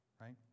Right